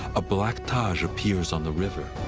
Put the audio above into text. a black taj appears on the river.